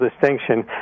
distinction